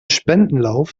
spendenlauf